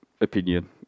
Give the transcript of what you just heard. opinion